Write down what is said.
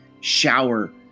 shower